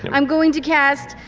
and i'm going to cast